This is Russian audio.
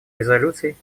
резолюций